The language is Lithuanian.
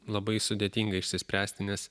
labai sudėtinga išsispręsti nes